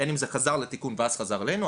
הן אם זה חזר לתיקון ואז חזר אלינו,